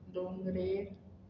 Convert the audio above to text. दोंगरेर